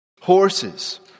horses